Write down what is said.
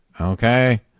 Okay